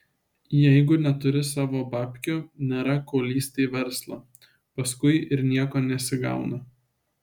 jeigu neturi savo babkių nėra ko lįsti į verslą paskui ir nieko nesigauna